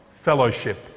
fellowship